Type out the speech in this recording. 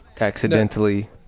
Accidentally